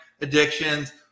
addictions